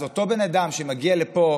אז אותו בן אדם שמגיע לפה